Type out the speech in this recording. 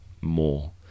more